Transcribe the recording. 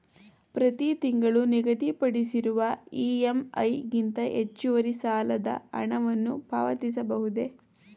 ಪ್ರತಿ ತಿಂಗಳು ನಿಗದಿಪಡಿಸಿರುವ ಇ.ಎಂ.ಐ ಗಿಂತ ಹೆಚ್ಚುವರಿ ಸಾಲದ ಹಣವನ್ನು ಪಾವತಿಸಬಹುದೇ?